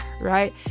right